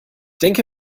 denke